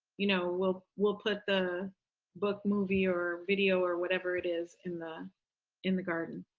you know, we'll we'll put the book, movie or video or whatever it is in the in the garden.